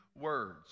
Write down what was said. words